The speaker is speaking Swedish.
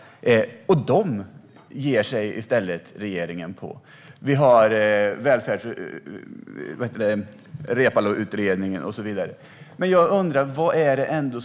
Det är i stället dem regeringen ger sig på. Där finns Reepaluutredningen och så vidare.